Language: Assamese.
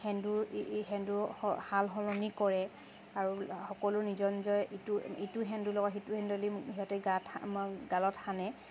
সেন্দুৰ ই সেন্দুৰ সাল সলনি কৰে আৰু সকলো নিজৰ নিজৰ ইটো সেন্দুৰ লগত সিটো সেন্দুৰ দি সিহঁতে গাত গালত সানে